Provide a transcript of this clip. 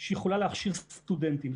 להכשרת סטודנטים.